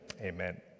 amen